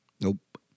Nope